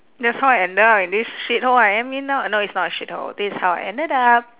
that's how I ended up in this shithole I am in now I know it's not a shithole this is how I ended up